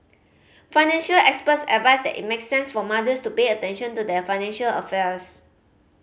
financial experts advise that it makes sense for mothers to pay attention to their financial affairs